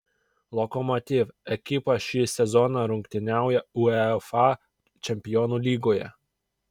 lokomotiv ekipa šį sezoną rungtyniauja uefa čempionų lygoje